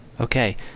Okay